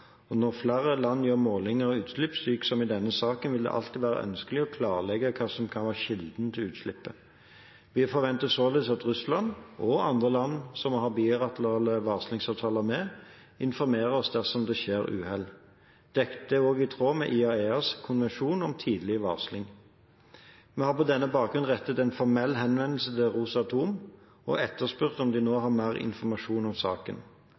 og når flere land gjør målinger av utslipp, slik som i denne saken, vil det alltid være ønskelig å klarlegge hva som kan være kilden til utslippet. Vi forventer således at Russland, og andre land vi har bilaterale varslingsavtaler med, informerer oss dersom det skjer uhell. Dette er også i tråd med IAEAs konvensjon om tidlig varsling. Vi har på denne bakgrunn rettet en formell henvendelse til Rosatom og spurt om de nå har mer informasjon om saken.